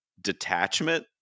detachment